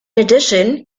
addition